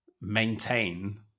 maintain